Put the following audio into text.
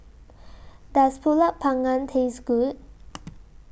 Does Pulut Panggang Taste Good